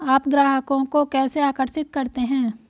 आप ग्राहकों को कैसे आकर्षित करते हैं?